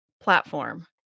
platform